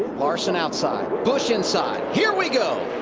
larson outside. busch inside. here we go.